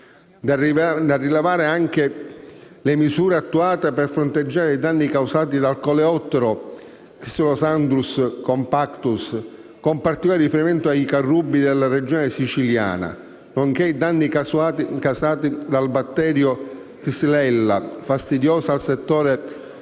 sottolineate anche le misure attuate per fronteggiare i danni causati dal coleottero xylosandrus compactus, con particolare riferimento ai carrubi della Regione Siciliana, nonché i danni causati dal batterio xylella fastidiosa per i settori vitivinicolo